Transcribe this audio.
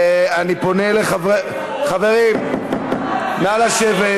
חברים, נא לשבת.